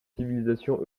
civilisation